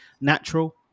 natural